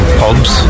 pubs